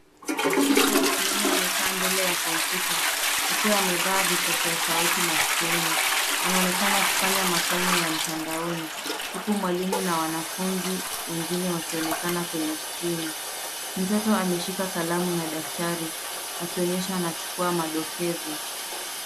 Mtoto wa kiume amekaa mbele ya kompyuta, akiwa amevaa vipokea sauti masikioni. Anaonekana akifanya masomo ya mtandaoni, huku mwalimu na wanafunzi wengine wakionekana kwenye skrini. Mtoto ameshika kalamu na daftari, akionyesha anachukua madokezo.